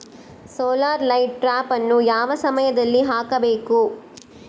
Solar light ಟ್ರಾಪನ್ನು ಯಾವ ಸಮಯದಲ್ಲಿ ಹಾಕಬೇಕು?